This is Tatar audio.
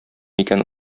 икән